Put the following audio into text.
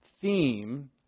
theme